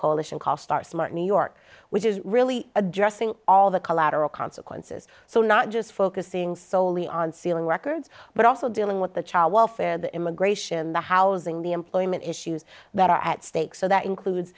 coalition called stars like new york which is really addressing all the collateral consequences so not just focusing solely on sealing records but also dealing with the child welfare the immigration the housing the employment issues that are at stake so that includes